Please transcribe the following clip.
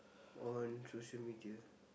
on social-media